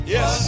Yes